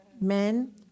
Men